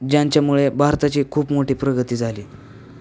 ज्यांच्यामुळे भारताची खूप मोठी प्रगती झाली